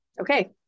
Okay